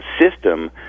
system